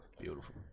Beautiful